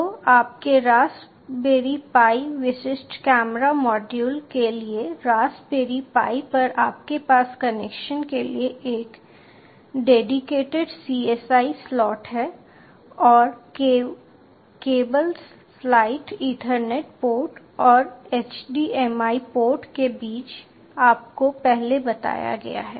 तो आपके Raspberry Pi विशिष्ट कैमरा मॉड्यूल के लिए रास्पबेरी पाई पर आपके पास कनेक्शन के लिए एक डेडीकेटेड CSI स्लॉट है और केबल स्लॉट ईथरनेट पोर्ट और HDMI पोर्ट के बीच आपको पहले बताया गया है